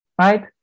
right